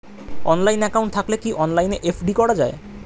Online account থাকলে কি অনলাইনে এফ.ডি করা যায়?